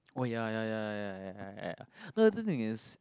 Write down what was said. oh ya ya ya ya ya ya no the thing is